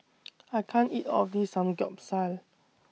I can't eat All of This Samgyeopsal